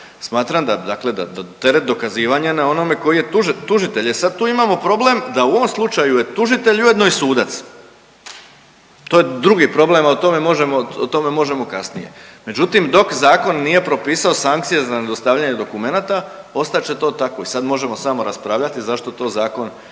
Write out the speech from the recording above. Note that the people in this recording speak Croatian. dakle da teret dokazivanja je na onome tko je tužitelj. E sad tu imamo problem da u ovom slučaju je tužitelj ujedno i sudac. To je drugi problem, a o tome možemo, o tome možemo kasnije. Međutim, dok zakon nije propisao sankcije za nedostavljanje dokumenata ostat će to tako. I sad možemo samo raspravljati zašto to zakon